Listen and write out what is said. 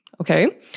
Okay